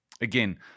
Again